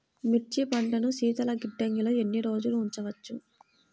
మిర్చి పంటను శీతల గిడ్డంగిలో ఎన్ని రోజులు ఉంచవచ్చు?